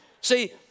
See